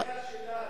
זו השאלה.